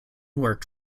worked